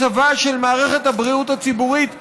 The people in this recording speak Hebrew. מצבה של מערכת הבריאות הציבורית מטריד,